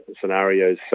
scenarios